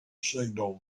signal